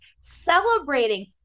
celebrating